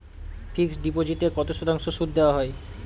Fixed ডিপোজিটে কত শতাংশ সুদ দেওয়া হয়?